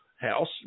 House